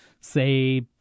say